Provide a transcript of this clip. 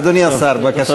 אדוני השר, בבקשה.